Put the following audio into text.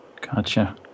gotcha